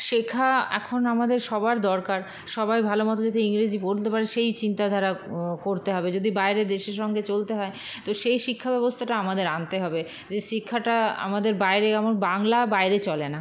শেখা এখন আমাদের সবার দরকার সবাই ভালো মতো যদি ইংরেজি পড়তে পারে সেই চিন্তাধারা করতে হবে যদি বাইরের দেশের সঙ্গে চলতে হয় তো সেই শিক্ষাব্যবস্থাটা আমাদের আনতে হবে যে শেখাটা আমাদের বাইরে যেমন বাংলা বাইরে চলে না